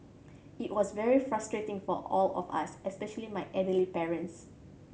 it was very frustrating for all of us especially my elderly parents